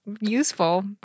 useful